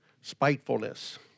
spitefulness